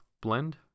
blend